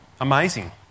Amazing